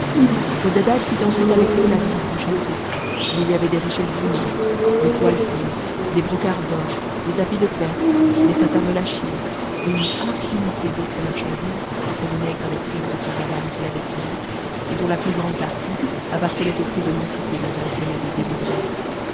codadad fit ensuite avec eux la visite du château où il y avait des richesses immenses des toiles fines des brocarts d'or des tapis de perse des satins de la chine et une infinité d'autres marchandises que le nègre avait prises aux caravanes qu'il avait pillées et dont la plus grande partie appartenait aux prisonniers que codadad venait de délivrer